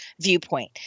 viewpoint